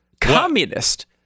communist